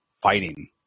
fighting